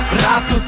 rap